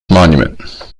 monument